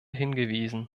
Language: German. hingewiesen